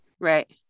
Right